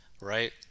right